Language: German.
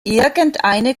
irgendeine